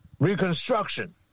Reconstruction